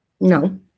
No